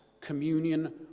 communion